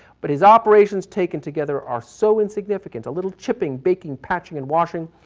but his operations taken together are so insignificant, a little chipping, baking, patching, and washing,